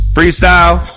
Freestyle